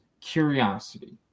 curiosity